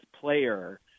player